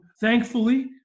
thankfully